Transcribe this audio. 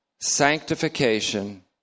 sanctification